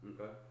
Okay